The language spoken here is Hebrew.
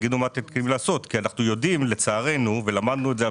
כי אנו יודעים לצערנו ולמדנו את זה על